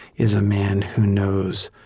is a man who knows